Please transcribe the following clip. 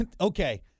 okay